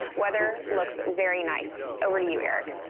weather looks very nice. over to you, eric?